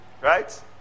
right